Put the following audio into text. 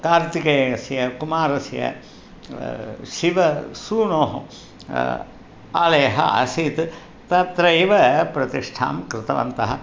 कार्तिकेयस्य कुमारस्य शिवसूनोः आलयः आसीत् तत्रैव प्रतिष्ठां कृतवन्तः